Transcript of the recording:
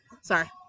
Sorry